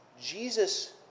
Jesus